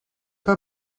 pas